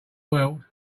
world